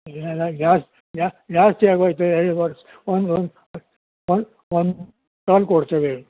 ಎಲ್ಲ ಜಾಸ್ತಿ ಜಾಸ್ತಿಯಾಗೋಯಿತು ಎರಡು ಒಂದು ಒಂದು ಒಂದು ಕೊಡ್ತೀವಿ